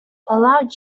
allow